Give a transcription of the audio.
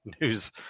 news